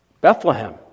Bethlehem